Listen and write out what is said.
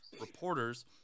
reporters